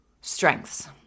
strengths